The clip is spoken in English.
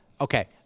okay